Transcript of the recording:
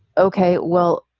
ok. well,